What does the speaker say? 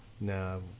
no